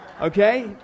okay